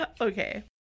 Okay